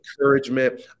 encouragement